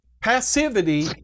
passivity